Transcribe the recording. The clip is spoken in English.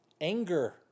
Anger